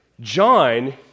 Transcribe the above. John